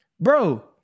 Bro